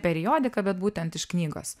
periodika būtent iš knygos